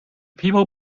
people